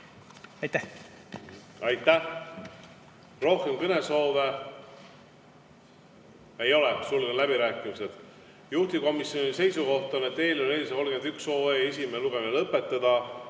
Aitäh! Aitäh! Rohkem kõnesoove ei ole, sulgen läbirääkimised. Juhtivkomisjoni seisukoht on eelnõu 431 esimene lugemine lõpetada.